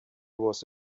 was